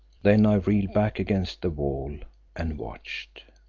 then i reeled back against the wall and watched.